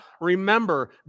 remember